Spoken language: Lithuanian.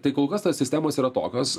tai kol kas tos sistemos yra tokios